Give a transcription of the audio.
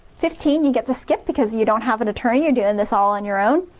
fifteen you get to skip because you don't have an attorney you're doing this all on your own.